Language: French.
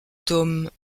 tome